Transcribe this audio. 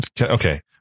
Okay